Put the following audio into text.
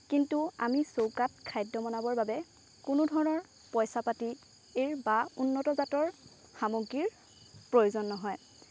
কিন্তু আমি চৌকাত খাদ্য বনাবৰ বাবে কোনোধৰণৰ পইচা পাতিৰ বা উন্নত জাতৰ সামগ্ৰীৰ প্ৰয়োজন নহয়